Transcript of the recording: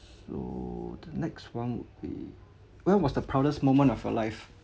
so the next one would be when was the proudest moment of your life